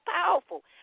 powerful